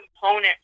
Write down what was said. component